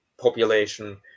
population